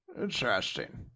Interesting